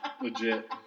Legit